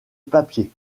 papier